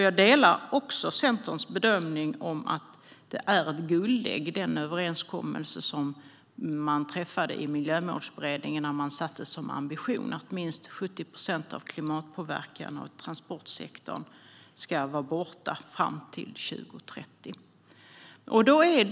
Jag delar också Centerns bedömning att den överenskommelse man träffade i Miljömålsberedningen när man satte som ambition att minst 70 procent av klimatpåverkan av transportsektorn ska vara borta fram till 2030 är ett guldägg.